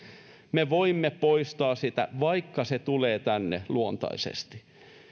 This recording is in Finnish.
me voimme poistaa sitä vaikka se tulee tänne luontaisesti